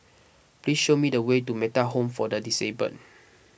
please show me the way to Metta Home for the Disabled